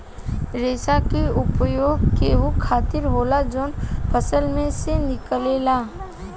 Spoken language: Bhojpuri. रेसा के उपयोग खाहू खातीर होला जवन फल में से निकलेला